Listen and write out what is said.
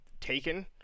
Taken